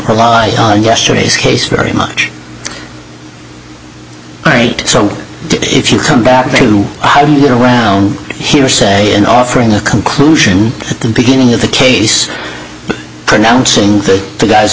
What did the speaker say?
rely on yesterday's case very much all right so if you come back around here say and offer in a conclusion at the beginning of the case pronouncing the guy's a